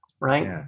Right